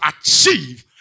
achieve